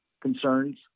concerns